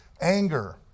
Anger